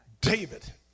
David